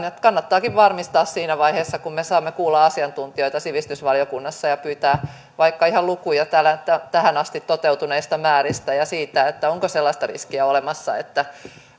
kannattaakin varmistaa siinä vaiheessa kun me saamme kuulla asiantuntijoita sivistysvaliokunnassa ja pyytää vaikka ihan lukuja täällä tähän asti toteutuneista määristä ja siitä onko sellaista riskiä olemassa että